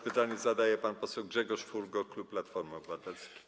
Pytanie zadaje pan poseł Grzegorz Furgo, klub Platforma Obywatelska.